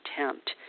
attempt